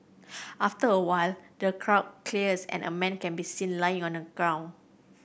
after a while the crowd clears and a man can be seen lying on the ground